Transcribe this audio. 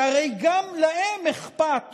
שהרי גם להם אכפת